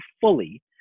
fully